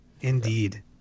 Indeed